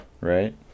right